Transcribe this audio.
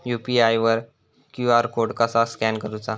UPI वर QR code कसा scan करूचा?